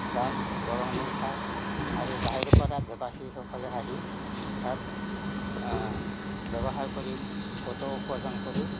দান বৰঙণি উঠায় আৰু বাহিৰৰ পৰা ব্যৱাসায়ীসকলে আহি তাত ব্যৱসায় কৰি বহুতো উপাৰ্জন কৰি